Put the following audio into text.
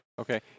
Okay